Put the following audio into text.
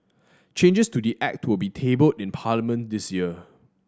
changes to the Act will be tabled in Parliament this year